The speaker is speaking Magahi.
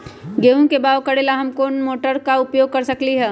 गेंहू के बाओ करेला हम कौन सा मोटर उपयोग कर सकींले?